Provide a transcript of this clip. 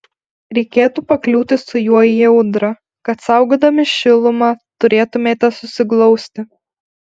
reikėtų pakliūti su juo į audrą kad saugodami šilumą turėtumėte susiglausti